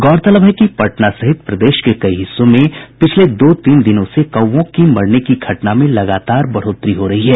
गौरतलब है कि पटना सहित प्रदेश के कई हिस्सों में पिछले दो तीन दिनों से कौओं की मरने की घटना में लगातार बढ़ोतरी हो रही है